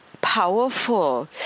powerful